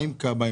מה עם כיבוי אש,